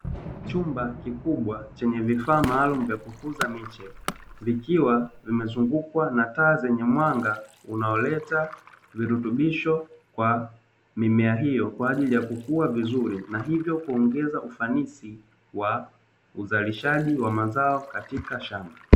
Chumba kikubwa chenye vifaa maalumu vya kukuza miche; vikiwa vimezungukwa na taa zenye mwanga unaoleta virutubisho kwa mimea hiyo kwa ajili ya kukua vizuri, na hivyo kuongeza ufanisi wa uzalishaji wa mazao katika shamba.